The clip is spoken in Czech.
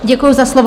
Děkuji za slovo.